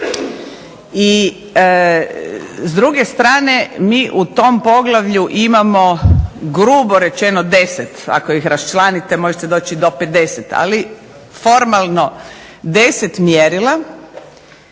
I s druge strane mi u tom poglavlju imamo grubo rečeno 10, ako ih raščlanite možete doći i do 50, ali formalno 10 mjerila,